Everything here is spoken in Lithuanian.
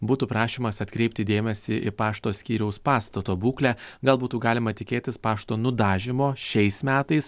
būtų prašymas atkreipti dėmesį į pašto skyriaus pastato būklę gal būtų galima tikėtis pašto nudažymo šiais metais